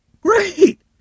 great